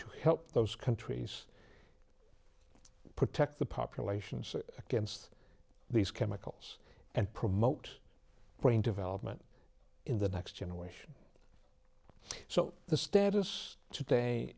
to help those countries protect the populations against these chemicals and promote brain development in the next generation so the status today